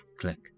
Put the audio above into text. Click